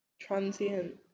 transient